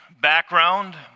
background